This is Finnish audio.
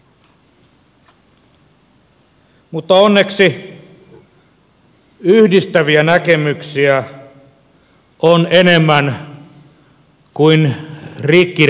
mutta onneksi yhdistäviä näkemyksiä on enemmän kuin rikki repiviä ajatuksia